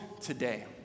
today